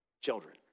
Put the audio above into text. children